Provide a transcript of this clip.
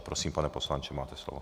Prosím, pane poslanče, máte slovo.